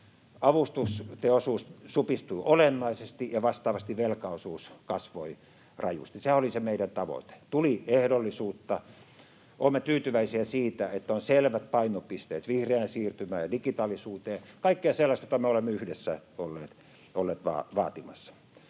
avustusten osuus supistui olennaisesti ja vastaavasti velkaosuus kasvoi rajusti. Sehän oli se meidän tavoitteemme, tuli ehdollisuutta. Olemme tyytyväisiä siitä, että on selvät painopisteet vihreään siirtymään ja digitaalisuuteen — kaikkea sellaista, mitä me olemme yhdessä olleet vaatimassa.